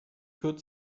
could